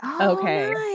Okay